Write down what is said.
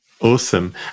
Awesome